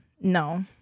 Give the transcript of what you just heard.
No